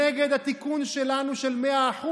נגד התיקון שלנו של 100%,